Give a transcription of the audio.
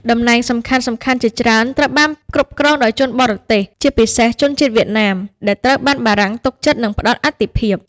តំណែងសំខាន់ៗជាច្រើនត្រូវបានគ្រប់គ្រងដោយជនបរទេស ជាពិសេសជនជាតិវៀតណាម ដែលត្រូវបានបារាំងទុកចិត្ត និងផ្ដល់អាទិភាព។